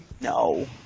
No